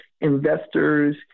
investors